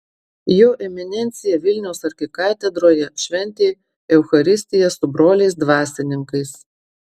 jo eminencija vilniaus arkikatedroje šventė eucharistiją su broliais dvasininkais